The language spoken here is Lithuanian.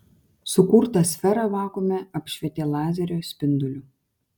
sukurtą sferą vakuume apšvietė lazerio spinduliu